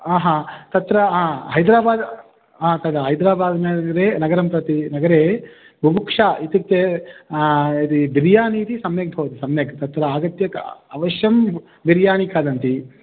आ हा तत्र हैद्राबादः तद् हैद्राबाद्नगरे नगरं प्रति नगरे बुभुक्षा इत्युक्ते यदि बिरियानीति सम्यक् भवति सम्यक् तत्र आगत्य का अवश्यं बिरियानि खादन्ति